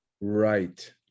right